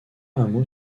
hameau